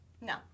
No